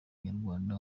nyarwanda